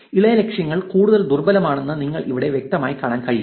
ഇളയ ലക്ഷ്യങ്ങൾ കൂടുതൽ ദുർബലമാണെന്ന് നിങ്ങൾക്ക് ഇവിടെ വ്യക്തമായി കാണാൻ കഴിയും